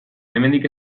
hemendik